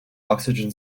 oxygen